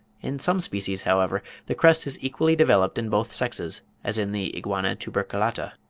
in some species, however, the crest is equally developed in both sexes, as in the iguana tuberculata.